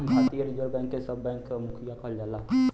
भारतीय reserve bank के सब बैंक क मुखिया कहल जाला